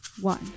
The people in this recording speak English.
one